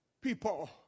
People